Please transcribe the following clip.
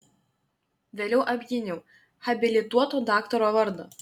vėliau apgyniau habilituoto daktaro vardą